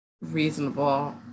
reasonable